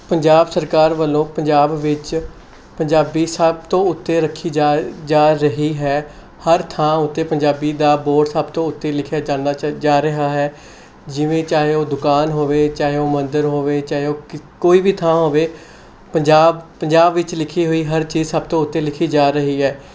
ਪੰਜਾਬ ਸਰਕਾਰ ਵੱਲੋਂ ਪੰਜਾਬ ਵਿੱਚ ਪੰਜਾਬੀ ਸਭ ਤੋਂ ਉੱਤੇ ਰੱਖੀ ਜਾ ਜਾ ਰਹੀ ਹੈ ਹਰ ਥਾਂ ਉੱਤੇ ਪੰਜਾਬੀ ਦਾ ਬੋਰਡ ਸਭ ਤੋਂ ਉੱਤੇ ਲਿਖਿਆ ਜਾਂਦਾ ਚ ਜਾ ਰਿਹਾ ਹੈ ਜਿਵੇਂ ਚਾਹੇ ਉਹ ਦੁਕਾਨ ਹੋਵੇ ਚਾਹੇ ਉਹ ਮੰਦਰ ਹੋਵੇ ਚਾਹੇ ਉਹ ਕ ਕੋਈ ਵੀ ਥਾਂ ਹੋਵੇ ਪੰਜਾਬ ਪੰਜਾਬ ਵਿੱਚ ਲਿਖੀ ਹੋਈ ਹਰ ਚੀਜ਼ ਸਭ ਤੋਂ ਉੱਤੇ ਲਿਖੀ ਜਾ ਰਹੀ ਹੈ